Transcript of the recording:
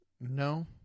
No